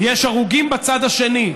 יש הרוגים בצד השני,